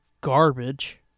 garbage